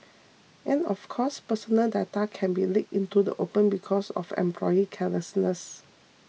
and of course personal data can be leaked into the open because of employee carelessness